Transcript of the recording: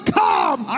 come